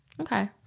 Okay